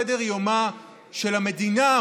מהו סדר יומה של המדינה,